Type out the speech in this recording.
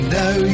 now